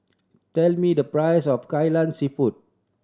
tell me the price of Kai Lan Seafood